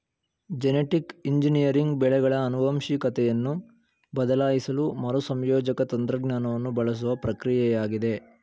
genetic engineering ಬೆಳೆಗಳ ಆನುವಂಶಿಕತೆಯನ್ನು ಬದಲಾಯಿಸಲು ಮರುಸಂಯೋಜಕ ತಂತ್ರಜ್ಞಾನವನ್ನು ಬಳಸುವ ಪ್ರಕ್ರಿಯೆಯಾಗಿದೆ